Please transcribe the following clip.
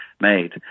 made